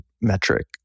metric